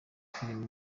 filime